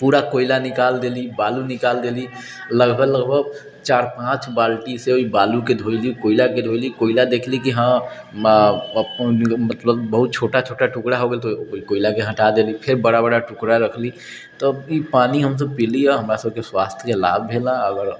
पूरा कोइला निकालि देली बालू निकालि देली लगभग लगभग चारि पाँच बाल्टीसँ कोइलाके धोइली बालूके धोइली कोइला देखली कि हँ अपन मतलब बहुत छोटा छोटा टुकड़ा हो गेल तऽ ओहि कोइलाके हटा देली फेर बड़ा बड़ा टुकड़ा रखली तब ई पानि हमसब पीली आओर हमरासबके स्वास्थ्यके लाभ भेल आओर